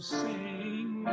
sing